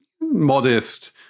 modest